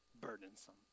burdensome